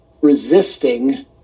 resisting